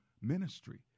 ministry